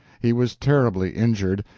he was terribly injured,